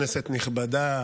כנסת נכבדה,